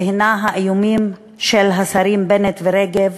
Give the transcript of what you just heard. והיא האיומים של השרים בנט ורגב